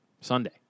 Sunday